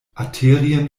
arterien